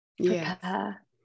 prepare